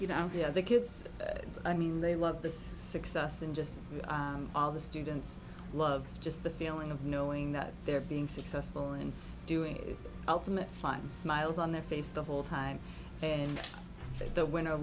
you know the other kids i mean they love the success and just all the students love just the feeling of knowing that they're being successful and doing it ultimate fun smiles on their face the whole time and the winner